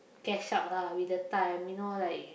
catch up lah with the time you know like